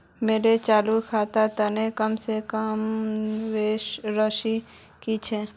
मोर चालू खातार तने कम से कम शेष राशि कि छे?